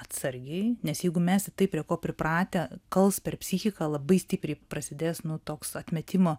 atsargiai nes jeigu mesit tai prie ko pripratę kals per psichiką labai stipriai prasidės nu toks atmetimo